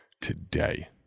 today